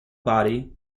body